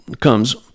comes